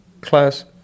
class